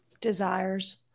desires